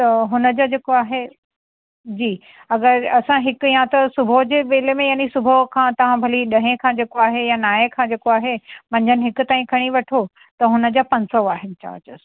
त हुनजो जेको आहे जी अगरि असां हिक या त सुबुह जो वेले में यानि सुबुह खां तव्हां भली ॾह खां जेको आहे या नाहे खां जेको आहे मंझंदि हिक ताईं खणी वठो त हुनजा पंज सौ आहिनि चार्ज